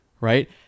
right